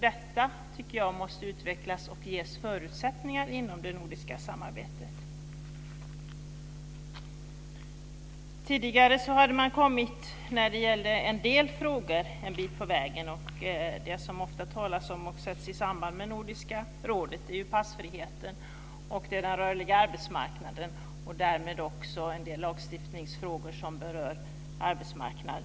Detta tycker jag måste utvecklas och ges förutsättningar inom det nordiska samarbetet. Tidigare hade man kommit en bit på vägen med en del frågor. Det som ofta talas om och sätts i samband med Nordiska rådet är ju passfriheten och den rörliga arbetsmarknaden, och därmed också en del lagstiftningsfrågor som berör detta.